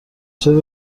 چرا